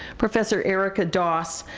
professor erika doss.